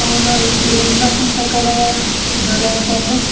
అవునా ఇప్పుడు ఉన్న పుస్తకాల ధర ఎంత అండి